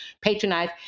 patronize